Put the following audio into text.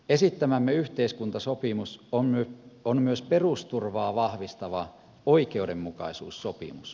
esittämämme yhteiskuntasopimus on myös perusturvaa vahvistava oikeudenmukaisuussopimus